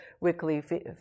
weekly